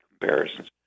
comparisons